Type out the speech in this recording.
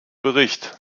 bericht